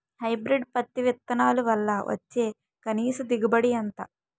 Hybrid పత్తి విత్తనాలు వల్ల వచ్చే కనీస దిగుబడి ఎంత?